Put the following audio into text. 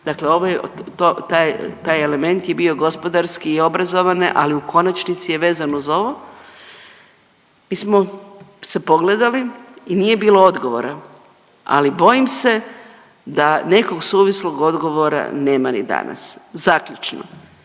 od, taj element je bio gospodarski i obrazovane, ali u konačnici je vezan uz ovo, mi smo se pogledali i nije bilo odgovora. Ali bojim se da nekog suvislog odgovora nema ni danas. Zaključno,